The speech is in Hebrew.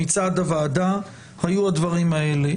מצד הוועדה היו הדברים האלה: